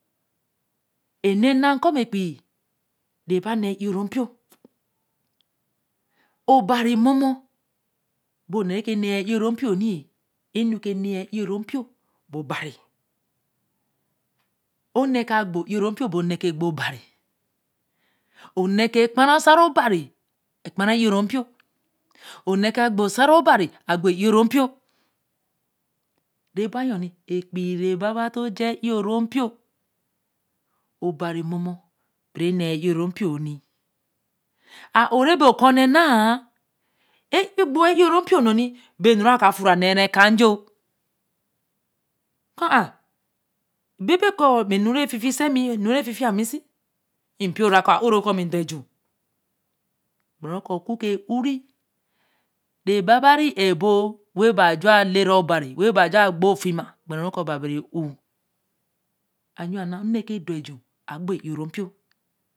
Enu na mko epeii re ba ne e õro npio, obari mo bo ne re koe neyee nee ya e õro npio ni e-nu ke neẽ ya ẽ o-ro npio ba obari one ke gbo e-õro npw gbo obari, one ke kpa ra osaro obari kpa ra è õrõ npió, one ka gbo osaro o bari agbo ẽ õrõ npio, re bo yo epẽn re baba toõ ja ẽ õro npio obari mo mo ba ra ne yen ẽ oro npio ni ã-õ re bo ko nẽa, a-õ egbo é o-rо npiо bе naro ka fune ẽ kajor ha ma yen ko me nu re fifise mi, eru re fifi ya misi, npio ra ka oro komi doju gbere ko õ ku ke õre re baba re e bo, wen baju elera obari, wen ba Ja gbo ofima, gbere ruko a babe re õ u a yo a na one ke do eju, agbo ẽ õro npio.